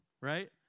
Right